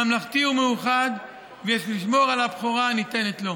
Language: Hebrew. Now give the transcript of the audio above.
ממלכתי ומאוחד, ויש לשמור על הבכורה הניתנת לו.